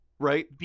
Right